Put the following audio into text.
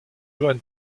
johann